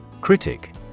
Critic